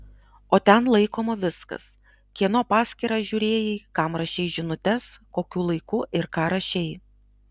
o ten laikoma viskas kieno paskyrą žiūrėjai kam rašei žinutes kokiu laiku ir ką rašei